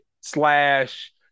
slash